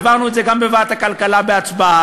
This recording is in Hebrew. העברנו את זה גם בוועדת הכלכלה בהצבעה,